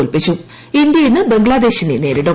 തോൽപ്പിച്ചു ഇന്ത്യ ഇന്ന് ബംഗ്ലാദേശിനെ നേരിടും